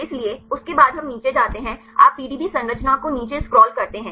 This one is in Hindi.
इसलिए उसके बाद हम नीचे जाते हैं आप पीडीबी संरचना को नीचे स्क्रॉल करते हैं